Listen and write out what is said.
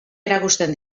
erakusten